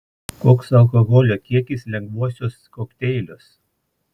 koks alkoholio kiekis lengvuosiuos kokteiliuos